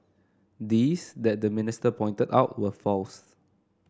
these that the minister pointed out were false